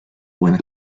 buena